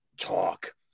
Talk